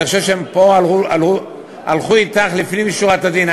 אני חושב שפה הם הלכו אתך לפנים משורת הדין.